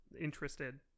interested